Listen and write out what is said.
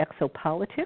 exopolitics